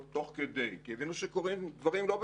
תוך כדי כי הבינו שקורים דברים לא בסדר,